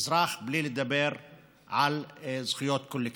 אזרח בלי לדבר על זכויות קולקטיביות.